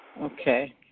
Okay